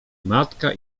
matka